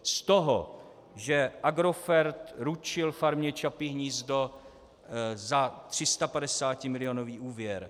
Z toho, že Agrofert ručil farmě Čapí hnízdo za 350milionový úvěr.